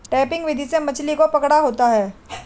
trapping विधि से मछली को पकड़ा होता है